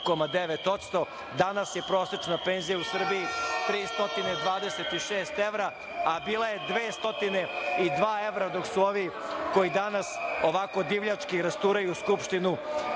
danas je prosečna penzija u Srbiji 326 evra, a bila je 202 evra dok su ovi koji danas ovako divljački rasturaju Skupštinu